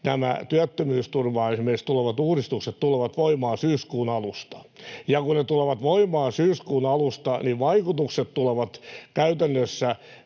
työttömyysturvaan tulevat uudistukset tulevat voimaan syyskuun alusta, ja kun ne tulevat voimaan syyskuun alusta, niin vaikutukset tulevat käytännössä